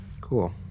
Cool